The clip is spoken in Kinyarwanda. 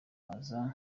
aza